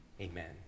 amen